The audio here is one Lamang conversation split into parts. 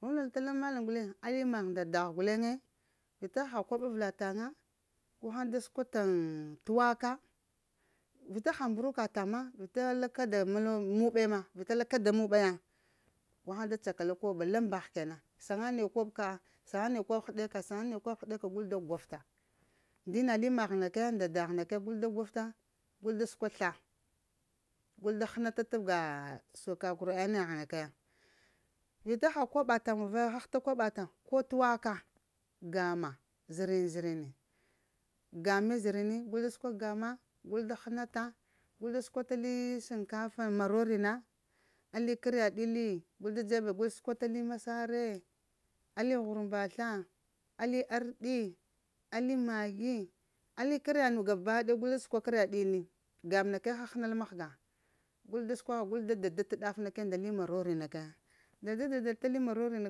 Vuŋ vəlal ta laŋ mallam guleŋ alli magh nda dagh guleŋe vita haha koɓ avəla taŋa gu haŋ da səkwa ŋ tuwaka, vita ha mburaka taŋ ma, vita la kɗa mul muɓe ma, vita la kada muɓa, gu haŋ da akala koɓo kambagh ke nan saŋa naya koɓ kap, saŋga na ya koɓ heɗeka gul da gwaffa, ndina li magh nda dagh na ka ya gul da gwaffa gul da səkwa sla gul da hənata tabga soka qur'ani yah na kaya, vita ha kəɓa taŋ muŋ vaya hahta koɓa taŋ ko tuwaka gamma zərini gamme zərini gul da səkwa gamma gul da hənata gul da səkwa li shinkafa marorina ali karya ɗili gul da dzebe gul da səkwa ali masare ali ghurmbasla, ali arɗi, ali magi ali kar ya nu gaba ɗaya gul da səkwa karya ɗili gamm na ke həhəna lo mahga gul da səkwagha gul da data daf na kaya li marori na kaya dadal tali marori na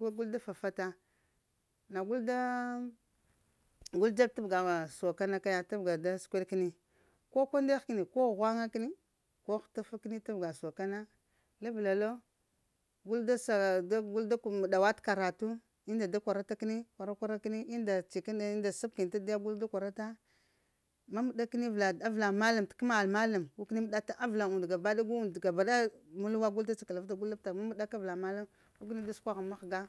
gul da fafata nagul da da dzeb tabga soka na kaya tabga da s'kweɗ kəni, ko kwandegh kəni ko ghwaŋa kəni, ko hutafa kəni tabga soka na labla lo gul da ga gul da məɗa wa t'karatu unda da kwara ta kəni kwara-kwara kəni, unda ci kane unda sab kəni ta diya gul da kwarafa maa məɗa kəni avəla avəla mallam t’ kəma mallam, gu kəni məɗafa avəla avəla und gabaɗaya gu und t gaba ɗaya mul wa gul da cakalavata gul labta ma məɗa ka avəla mallam gu kəni da səkwagha mahga.